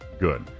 Good